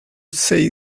say